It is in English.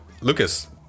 Lucas